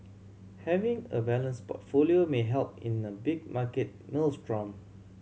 having a balanced portfolio may help in a big market maelstrom